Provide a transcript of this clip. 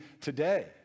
today